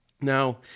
Now